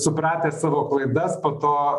supratę savo klaidas po to